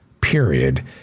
period